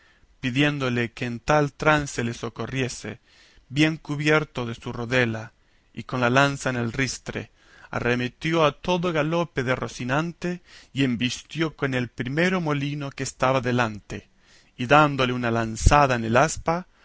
pidiéndole que en tal trance le socorriese bien cubierto de su rodela con la lanza en el ristre arremetió a todo el galope de rocinante y embistió con el primero molino que estaba delante y dándole una lanzada en el aspa